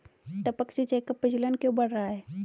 टपक सिंचाई का प्रचलन क्यों बढ़ रहा है?